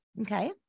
okay